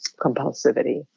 compulsivity